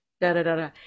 da-da-da-da